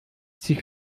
sich